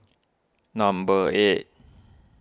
number eight